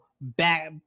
back